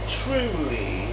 truly